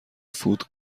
فود